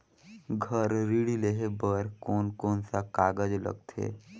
घर ऋण लेहे बार कोन कोन सा कागज लगथे?